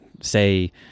say